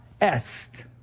est